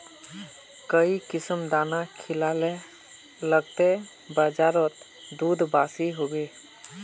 काई किसम दाना खिलाले लगते बजारोत दूध बासी होवे?